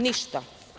Ništa.